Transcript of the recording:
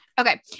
Okay